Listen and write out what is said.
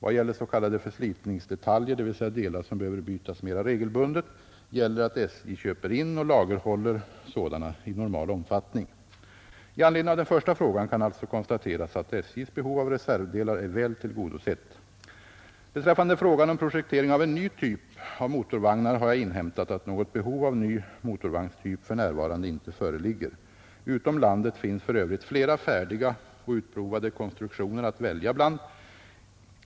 Vad gäller s.k. förslitningsdetaljer, dvs. delar som behöver bytas mera regelbundet, gäller att SJ köper in och lagerhåller sådana i normal omfattning. I anledning av den första frågan kan alltså konstateras att SJ:s behov av reservdelar är väl tillgodosett. Beträffande frågan om projektering av en ny typ av motorvagnar har jag inhämtat att något behov av ny motorvagnstyp för närvarande inte föreligger. Utom landet finns för övrigt flera färdiga och utprovade konstruktioner att välja bland.